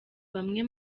bamwe